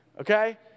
Okay